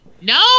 No